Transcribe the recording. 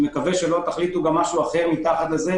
אני מקווה שלא תחליטו משהו אחר מתחת לזה,